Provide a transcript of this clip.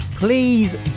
Please